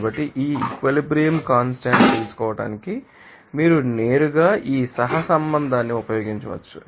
కాబట్టి ఈ equilibrium constant తెలుసుకోవడానికి మీరు నేరుగా ఈ సహసంబంధాన్ని ఉపయోగించవచ్చు